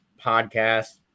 podcast